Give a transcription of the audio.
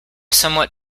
somewhat